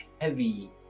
heavy